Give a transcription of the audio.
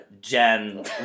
Jen